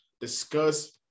discuss